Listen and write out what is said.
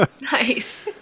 Nice